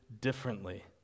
differently